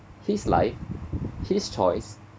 his life his choice